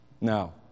Now